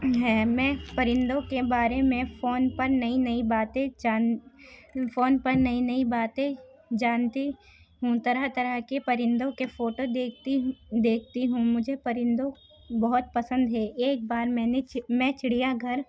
ہے میں پرندوں کے بارے میں فون پر نئی نئی باتیں جان فون پر نئی نئی باتیں جانتی ہوں طرح طرح کے پرندوں کے فوٹو دیکھتی ہوں دیکھتی ہوں مجھے پرندوں بہت پسند ہے ایک بار میں چڑیا گھر